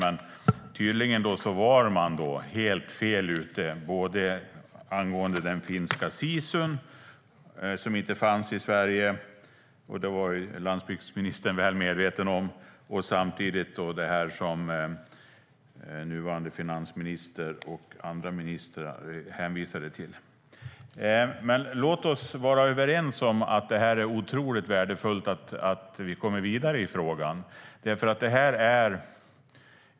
Men tydligen var man helt fel ute, både angående den finska sisun som inte fanns i Sverige, vilket landsbygdsministern var väl medveten om, och det som nuvarande finansminister och andra ministrar hänvisade till. Låt oss dock vara överens om att det är otroligt värdefullt att vi kommer vidare i frågan.